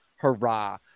hurrah